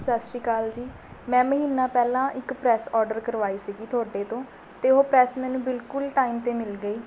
ਸਤਿ ਸ਼੍ਰੀ ਅਕਾਲ ਜੀ ਮੈਂ ਮਹੀਨਾ ਪਹਿਲਾਂ ਇੱਕ ਪ੍ਰੈੱਸ ਔਡਰ ਕਰਵਾਈ ਸੀਗੀ ਤੁਹਾਡੇ ਤੋਂ ਅਤੇ ਉਹ ਪ੍ਰੈੱਸ ਮੈਨੂੰ ਬਿਲਕੁਲ ਟਾਈਮ 'ਤੇ ਮਿਲ ਗਈ